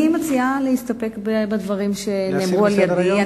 אני מציעה להסתפק בדברים שאמרתי.